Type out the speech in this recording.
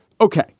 Okay